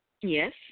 Yes